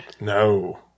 No